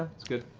it's good.